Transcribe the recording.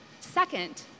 Second